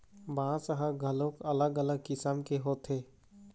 बांस ह घलोक अलग अलग किसम के होथे